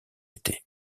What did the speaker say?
été